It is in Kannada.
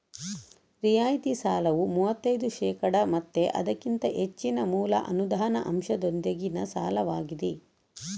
ರಿಯಾಯಿತಿ ಸಾಲವು ಮೂವತ್ತೈದು ಶೇಕಡಾ ಮತ್ತೆ ಅದಕ್ಕಿಂತ ಹೆಚ್ಚಿನ ಮೂಲ ಅನುದಾನ ಅಂಶದೊಂದಿಗಿನ ಸಾಲವಾಗಿದೆ